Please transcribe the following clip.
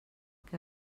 que